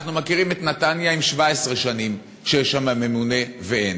אנחנו מכירים את נתניה עם 17 שנים שיש שם ממונה ואין.